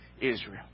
Israel